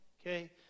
okay